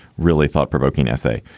really thought provoking essay.